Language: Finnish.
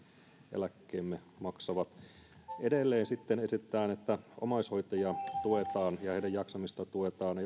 eläkkeemme maksavat edelleen sitten esitetään että omaishoitajia tuetaan ja heidän jaksamistaan tuetaan